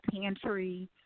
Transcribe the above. pantry